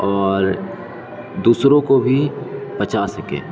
اور دوسروں کو بھی بچا سکیں